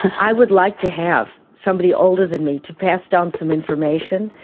i would like to have somebody older than me to pass down some information,